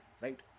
Right